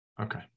Okay